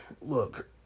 look